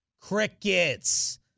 Crickets